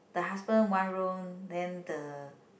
the husband one room then the